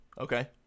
Okay